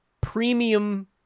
premium